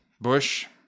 Bush